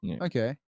okay